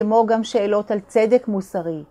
כמו גם שאלות על צדק מוסרי.